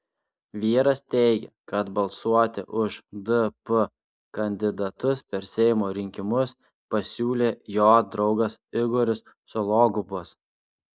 vyras teigė kad balsuoti už dp kandidatus per seimo rinkimus pasiūlė jo draugas igoris sologubas